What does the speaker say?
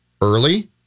early